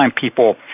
people